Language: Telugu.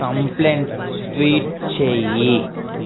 కంప్లైంట్ ట్వీట్ చెయ్యి